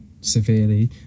severely